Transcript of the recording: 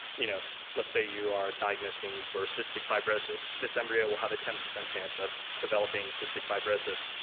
you know let's say you are diagnosing for cystic fibrosis this embryo will have a ten percent chance of developing cystic fibrosis,